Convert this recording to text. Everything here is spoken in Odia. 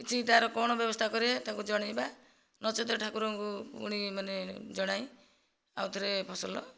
କିଛି ତାର କଣ ବ୍ୟବସ୍ଥା କରାଇବେ ତାଙ୍କୁ ଜଣାଇବା ନଚେତ ଠାକୁରଙ୍କୁ ପୁଣି ମାନେ ଜଣାଇ ଆଉ ଥରେ ଫସଲ